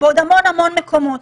ובעוד המון המון מקומות.